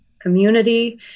community